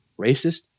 racist